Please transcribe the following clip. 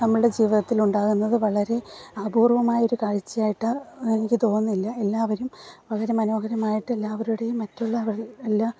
നമ്മുടെ ജീവിതത്തിൽ ഉണ്ടാകുന്നത് വളരെ അപൂർവമായ ഒരു കാഴ്ചയായിട്ട് എനിക്ക് തോന്നുന്നില്ല എല്ലാവരും വളരെ മനോഹരമായിട്ട് എല്ലാവരുടെയും മറ്റുള്ളവർ എല്ലാ